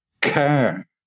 care